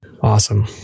Awesome